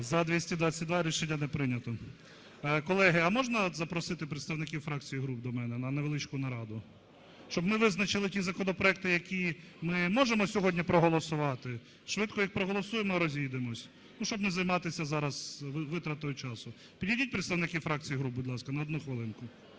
За-222 Рішення не прийнято. Колеги, а можна запросити представників фракцій і груп до мене на невеличку нараду, щоб ми визначили ті законопроекти, які ми можемо сьогодні проголосувати, швидко їх проголосуємо і розійдемося, щоб не займатися зараз витратою часу. Підійдіть представники фракцій і груп, будь ласка, на одну хвилинку.